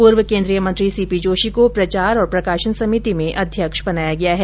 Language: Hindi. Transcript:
पूर्व केन्द्रीय मंत्री सी पी जोशी को प्रचार और प्रकाशन समिति में अध्यक्ष बनाया गया है